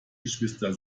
geschwister